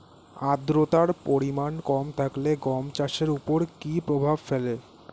আদ্রতার পরিমাণ কম থাকলে গম চাষের ওপর কী প্রভাব ফেলে?